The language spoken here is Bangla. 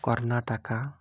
কর্ণাটক